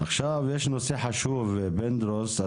יש נושא חשוב, פינדרוס.